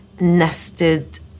nested